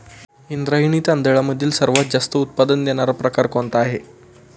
इंद्रायणी तांदळामधील सर्वात जास्त उत्पादन देणारा प्रकार कोणता आहे?